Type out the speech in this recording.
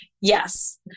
yes